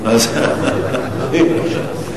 מש"ס.